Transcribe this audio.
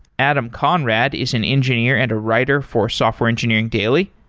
adam conrad is an engineer and a writer for software engineering daily.